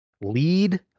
Lead